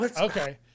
Okay